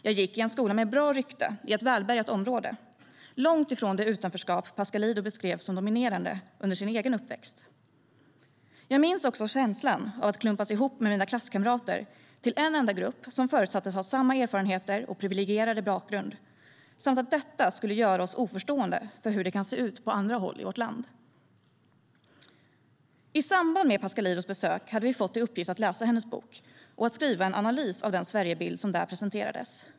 Jag gick i en skola med bra rykte i ett välbärgat område, långt ifrån det utanförskap Pascalidou beskrev som dominerande under sin egen uppväxt. I samband med Pascalidous besök hade vi fått i uppgift att läsa hennes bok och skriva en analys av den Sverigebild som där presenterades.